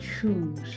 choose